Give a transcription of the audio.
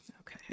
Okay